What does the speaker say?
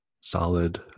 solid